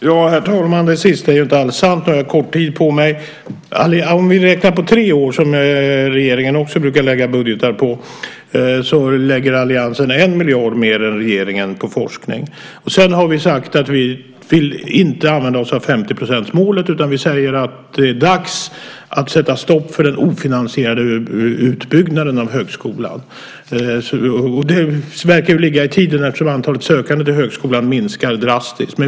Herr talman! Det sista är ju inte alls sant. Om vi räknar på tre år, som regeringen också brukar lägga budgetar på, lägger alliansen 1 miljard mer än regeringen på forskning. Vi har också sagt att vi inte vill använda 50-procentsmålet. Det är dags att sätta stopp för den ofinansierade utbyggnaden av högskolan. Det verkar ligga i tiden eftersom antalet sökande till högskolan minskar drastiskt.